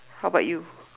how about you